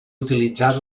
utilitzat